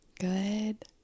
good